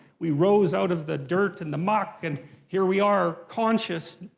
we rose out of the dirt and the muck and here we are, conscious,